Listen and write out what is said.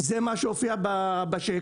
זה מה שהופיע בשקף.